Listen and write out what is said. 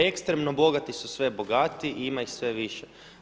Ekstremno bogati su sve bogatiji i ima ih sve više.